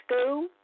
school